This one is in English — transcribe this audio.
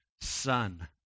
son